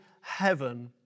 heaven